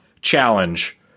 challenge